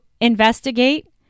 investigate